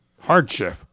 hardship